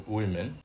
women